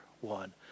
one